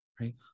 Right